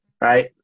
Right